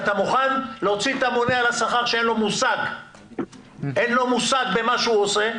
אתה מוכן להוציא את הממונה על השכר שאין לו מושג במה שהוא עושה,